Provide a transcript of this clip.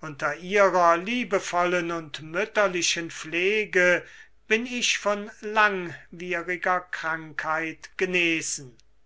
unter ihrer liebevollen und mütterlichen pflege bin ich von langwieriger krankheit genesen